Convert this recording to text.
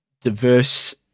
diverse